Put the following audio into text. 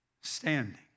standing